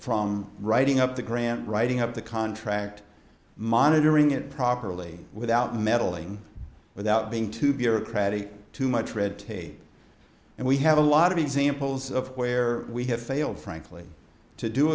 from writing up the grant writing up the contract monitoring it properly without meddling without being too bureaucratic too much red tape and we have a lot of examples of where we have failed frankly to do